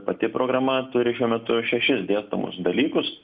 pati programa turi šiuo metu šešis dėstomus dalykus